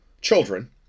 children